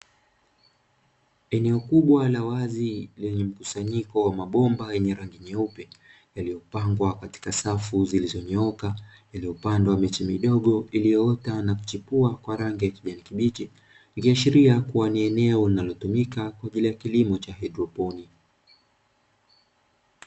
Eneo kubwa la wazi lenye mkusanyiko wa mabomba yenye rangi nyeupe yaliyopangwa katika safu zilizonyooka yaliyopandwa miche midogo iliyoota na kuchipua kwa rangi ya kijani kibichi, ikiashiria kuwa ni eneo linalotumika kwa ajili ya kilimo cha haidroponi.